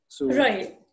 Right